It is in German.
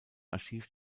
archiv